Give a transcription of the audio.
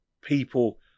people